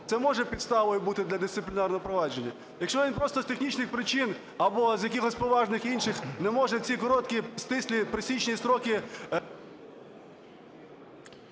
це може підставою бути для дисциплінарного провадження. Якщо він просто з технічних причин або з якихось поважних інших не може в ці короткі, стислі, присічні строки…